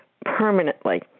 permanently